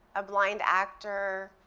a blind actor,